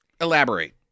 Elaborate